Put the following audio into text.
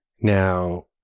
Now